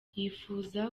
yifuza